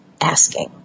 asking